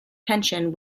pension